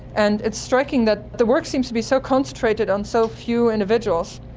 and it's striking that the work seems to be so concentrated on so few individuals,